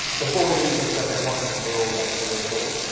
before we leave this subject once and for all though for this week,